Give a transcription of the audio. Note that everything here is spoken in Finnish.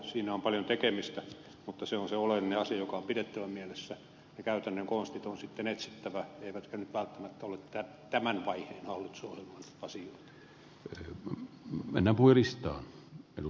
siinä on paljon tekemistä mutta se on se oleellinen asia joka on pidettävä mielessä ja käytännön konstit on sitten etsittävä eivätkä ne nyt välttämättä ole tämän vaiheen hallitusohjelman asioita